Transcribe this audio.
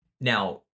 Now